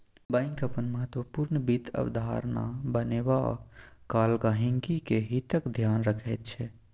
bank अपन महत्वपूर्ण वित्त अवधारणा बनेबा काल गहिंकीक हितक ध्यान रखैत छै